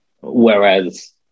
whereas